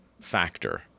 factor